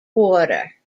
porter